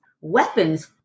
Weapons